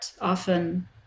often